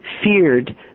Feared